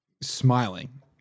smiling